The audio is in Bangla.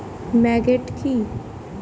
ম্যাগট কি?